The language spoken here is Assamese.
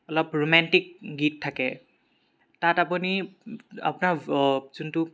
অলপ ৰোমেণ্টিক গীত থাকে তাত আপুনি আপোনাৰ যোনটো